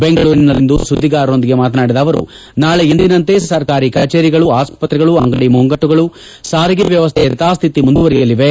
ಬೆಂಗಳೂರಿನಲ್ಲಿಂದು ಸುದ್ದಿಗಾರರೊಂದಿಗೆ ಮಾತನಾಡಿದ ಅವರು ನಾಳೆ ಎಂದಿನಂತೆ ಸರ್ಕಾರಿ ಕಚೇರಿಗಳು ಆಸ್ತತ್ರೆಗಳು ಅಂಗಡಿ ಮುಗ್ಗಟ್ಟುಗಳು ಸಾರಿಗೆ ವ್ಚವಶ್ವೆ ಯಥಾಸ್ವಿತಿ ಮುಂದುವರಿಯಲಿವೆ